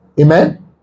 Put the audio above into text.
amen